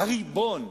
הריבון,